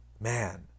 Man